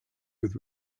with